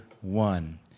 one